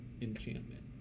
enchantment